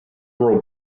wrote